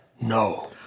No